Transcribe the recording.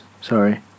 Sorry